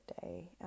day